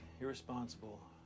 irresponsible